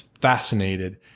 fascinated